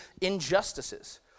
injustices